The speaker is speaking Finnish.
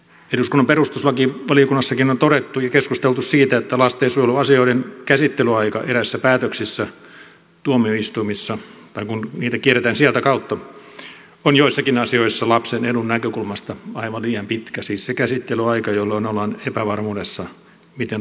eduskunnan perustuslakivaliokunnassakin on todettu ja keskusteltu siitä että lastensuojeluasioiden käsittelyaika eräissä päätöksissä tuomioistuimissa tai kun niitä kierretään sieltä kautta on joissakin asioissa lapsen edun näkökulmasta aivan liian pitkä siis se käsittelyaika jolloin ollaan epävarmuudessa miten lapsen käy